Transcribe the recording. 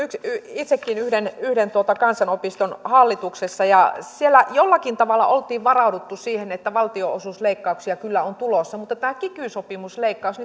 itsekin yhden yhden kansanopiston hallituksessa ja siellä jollakin tavalla oltiin varauduttu siihen että valtionosuusleikkauksia kyllä on tulossa mutta tämä kiky sopimusleikkaus